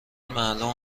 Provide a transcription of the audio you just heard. معلوم